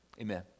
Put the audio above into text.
Amen